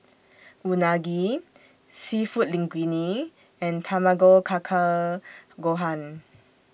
Unagi Seafood Linguine and Tamago Kake Gohan